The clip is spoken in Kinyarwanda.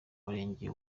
murenge